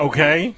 Okay